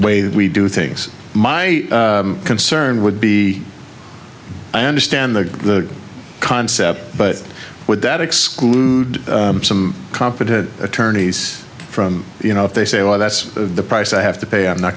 that we do things my concern would be i understand the concept but would that exclude some competent attorneys from you know if they say well that's the price i have to pay i'm not